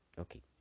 okay